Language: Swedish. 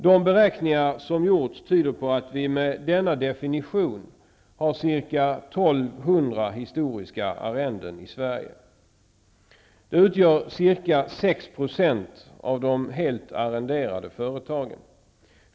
De beräkningar som har gjorts tyder på att vi med denna definition har ca 1 200 historiska arrenden i Sverige. De utgör ca 6 % av de helt arrenderade företagen.